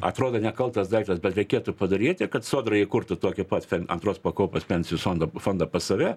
atrodo nekaltas daiktas bet reikėtų padaryti kad sodra įkurtų tokį pat antros pakopos pensijų fondo fondą pas save